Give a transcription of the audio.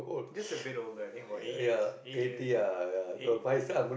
that's a bit old lah I think about eight years eight years eight